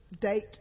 date